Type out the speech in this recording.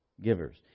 givers